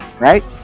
Right